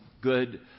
good